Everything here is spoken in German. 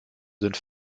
sind